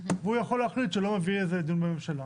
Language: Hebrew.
והוא יכול להחליט שלא מביא איזה דיון בממשלה.